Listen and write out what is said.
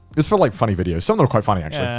it's for like funny videos. some are quite funny actually.